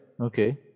Okay